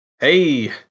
Hey